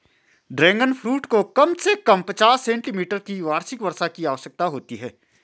dragon fruit को कम से कम पचास सेंटीमीटर की वार्षिक वर्षा की आवश्यकता होती है